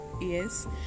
yes